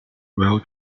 well